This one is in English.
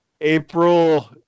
April